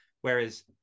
whereas